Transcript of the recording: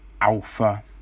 Alpha